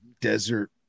desert